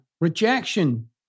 rejection